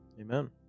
Amen